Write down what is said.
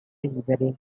liberi